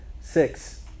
Six